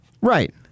Right